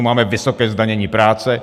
Máme vysoké zdanění práce.